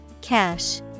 Cash